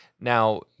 Now